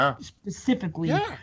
specifically